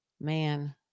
man